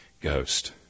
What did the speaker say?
Ghost